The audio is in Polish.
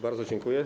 Bardzo dziękuję.